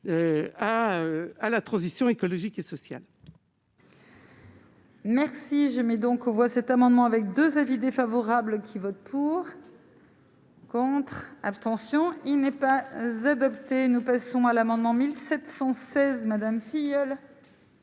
à la transition écologique et sociale. Merci, je mets donc aux voix cet amendement avec 2 avis défavorables qui vote pour. Contre, abstention, il n'est pas Z opté, nous passons à l'amendement 1716 Madame Filleul.